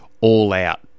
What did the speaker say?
all-out